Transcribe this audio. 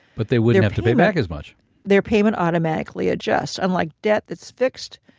but they wouldn't have to pay back as much their payment automatically adjusts, unlike debt that's fixed.